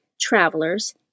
Travelers